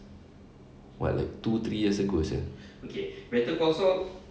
what like two three years ago sia